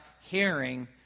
hearing